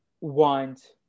want